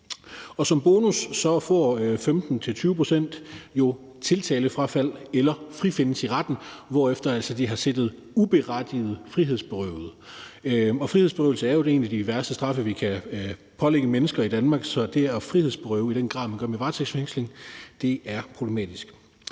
Som bonus får 15-20 pct. tiltalefrafald eller frifindelse i retten, hvorefter de altså uberettiget har siddet som frihedsberøvede, og frihedsberøvelse er jo en af de værste straffe, vi kan pålægge mennesker i Danmark, så det at frihedsberøve i den grad, man gør med varetægtsfængsling, er problematisk.